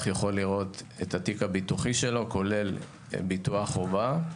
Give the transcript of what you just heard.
יכול לראות את התיק הביטוחי שלו כולל ביטוח חובה,